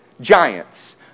giants